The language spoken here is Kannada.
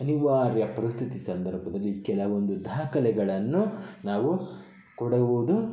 ಅನಿವಾರ್ಯ ಪರಿಸ್ಥಿತಿ ಸಂದರ್ಭದಲ್ಲಿ ಕೆಲವೊಂದು ದಾಖಲೆಗಳನ್ನು ನಾವು ಕೊಡುವುದು